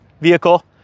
vehicle